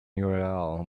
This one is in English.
url